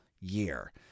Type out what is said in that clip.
year